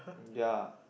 ya